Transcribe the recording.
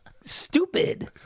stupid